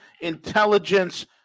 intelligence